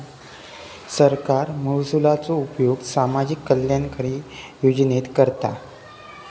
सरकार महसुलाचो उपयोग सामाजिक कल्याणकारी योजनेत करता